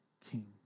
king